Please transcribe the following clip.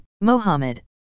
Mohammed